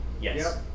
Yes